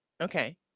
Okay